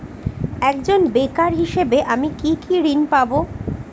একজন বেকার হিসেবে আমি কি কি ঋণ পাব?